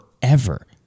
forever